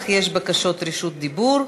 אך יש בקשות לרשות דיבור.